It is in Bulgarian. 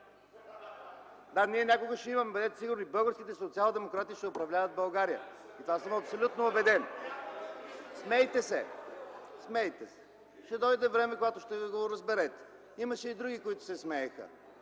Да, ние някога ще имаме, бъдете сигурни. Българските социалдемократи ще управляват България. В това съм абсолютно убеден. (Шум и реплики от ГЕРБ.) Смейте се, смейте се. Ще дойде време, когато ще го разберете. Имаше и други, които се смееха,